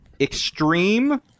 extreme